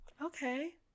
Okay